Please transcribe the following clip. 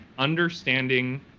understanding